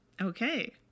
Okay